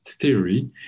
theory